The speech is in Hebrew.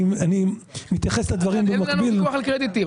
אני מתייחס לדברים במקביל- -- אין לנו ויכוח על קרדיטים.